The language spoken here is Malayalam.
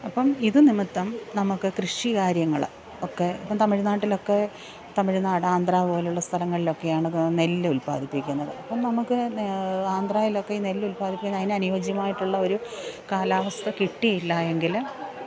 അപ്പം ഇത് നിമിത്തം നമുക്ക് കൃഷി കാര്യങ്ങൾ ഒക്കെ ഇപ്പം തമിഴ്നാട്ടിലൊക്കെ തമിഴ്നാട് ആന്ധ്രപോലുള്ള സ്ഥലങ്ങളിലൊക്കെയാണ് നെല്ലുല്പ്പാദിപ്പിക്കുന്നത് അപ്പം നമുക്ക് ആന്ധ്രയിലൊക്കെ ഈ നെല്ലുല്പ്പാദിപ്പിക്കാന് അതിനനുയോജ്യമായിട്ടുള്ള ഒരു കാലാവസ്ഥ കിട്ടിയില്ല എങ്കിൽ